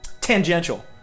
tangential